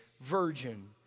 virgin